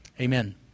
Amen